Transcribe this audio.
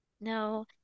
no